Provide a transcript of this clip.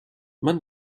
man